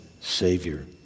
Savior